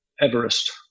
Everest